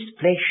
flesh